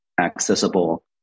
accessible